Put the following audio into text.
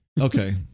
Okay